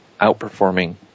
outperforming